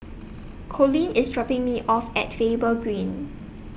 Colleen IS dropping Me off At Faber Green